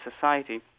society